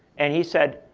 and he said,